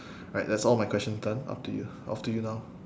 right that's all my questions done up to you off to you now